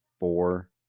four